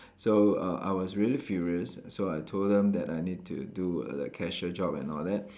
so uh I was really furious so I told them that I need to do the cashier job and all that